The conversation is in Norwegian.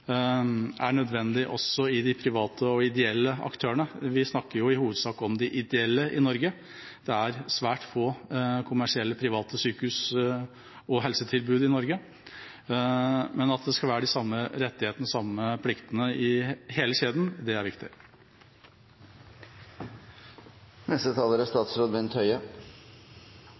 er nødvendig også hos de private og ideelle aktørene. Vi snakker i hovedsak om de ideelle i Norge, det er svært få kommersielle, private sykehus og helsetilbud i Norge, men at det skal være de samme rettighetene og de samme pliktene i hele kjeden, det er viktig. Det er